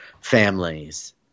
families